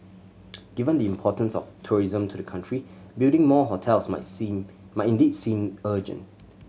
given the importance of tourism to the country building more hotels might seen might indeed seem urgent